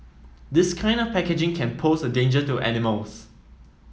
this kind of packaging can pose a danger to animals